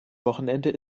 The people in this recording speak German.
wochenende